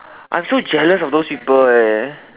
I'm so jealous of those people eh